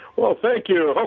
well, thank you,